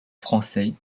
français